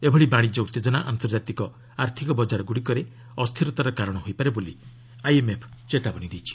ଏଭଳି ବାଶିଜ୍ୟ ଉତ୍ତେଜନା ଆନ୍ତର୍ଜାତିକ ଆର୍ଥିକ ବଜାରଗୁଡ଼ିକରେ ଅସ୍ଥିରତାର କାରଣ ହୋଇପାରେ ବୋଲି ଆଇଏମ୍ଏଫ୍ ଚେତାବନୀ ଦେଇଛି